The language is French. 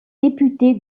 député